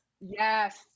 Yes